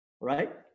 Right